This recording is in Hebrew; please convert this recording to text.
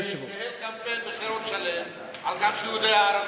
אני מתכוון למישהו שניהל קמפיין בחירות שלם על כך שהוא יודע ערבית.